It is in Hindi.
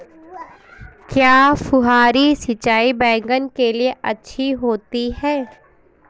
क्या फुहारी सिंचाई बैगन के लिए अच्छी होती है?